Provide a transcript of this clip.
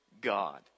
God